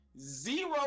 zero